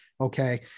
Okay